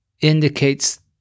indicates